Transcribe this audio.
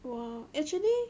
!wah! actually